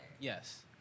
Yes